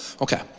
Okay